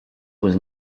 was